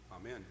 Amen